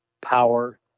power